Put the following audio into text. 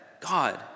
God